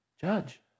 judge